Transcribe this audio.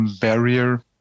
barrier